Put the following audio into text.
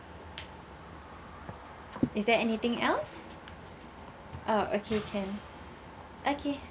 is there anything else uh okay can okay